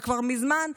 וכבר מזמן,